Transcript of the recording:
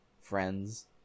friends